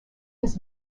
his